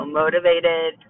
motivated